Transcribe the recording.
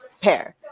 pair